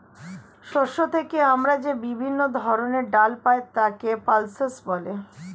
শস্য থেকে আমরা যে বিভিন্ন ধরনের ডাল পাই তাকে পালসেস বলে